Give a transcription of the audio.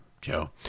joe